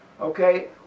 Okay